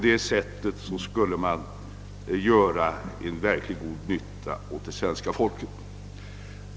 Detta skulle bli till verklig nytta för det svenska folket.